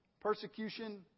persecution